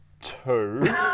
two